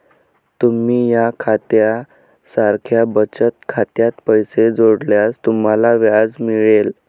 तुम्ही या खात्या सारख्या बचत खात्यात पैसे जोडल्यास तुम्हाला व्याज मिळेल